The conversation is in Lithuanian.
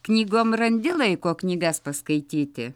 knygom randi laiko knygas paskaityti